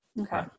okay